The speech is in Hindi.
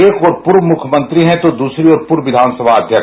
एक ओर पूर्व मुख्यमंत्री है तो दूसरी ओर पूर्व विधान सभा अध्यक्ष